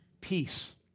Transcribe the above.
peace